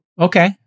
okay